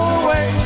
away